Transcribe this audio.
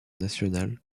nationale